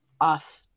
off